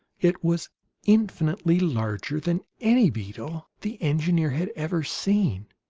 it was infinitely larger than any beetle the engineer had ever seen